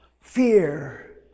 Fear